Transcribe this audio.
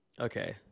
okay